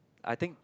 I think